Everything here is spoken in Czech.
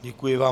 Děkuji vám.